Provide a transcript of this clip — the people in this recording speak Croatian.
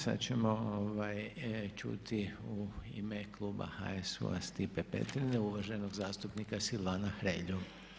Sad ćemo ćuti u ime kluba HSU-a Stipe Petrine uvaženog zastupnika Silvana Hrelju.